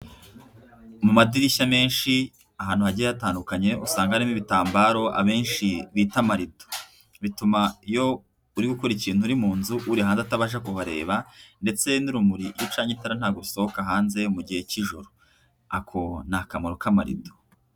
Mu madirishya menshi ahantu hagiye hatandukanye usanga harimo ibitambaro abenshi bita amarido, bituma iyo uri gukora ikintu uri mu nzu uri hanze atabasha kubareba ndetse n'urumuri iyo ucanye itara ntago rusohoka hanze mu gihe cy'ijoro, ako ni akamaro k'amarido.